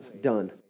done